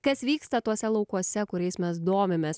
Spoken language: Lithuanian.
kas vyksta tuose laukuose kuriais mes domimės